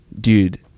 dude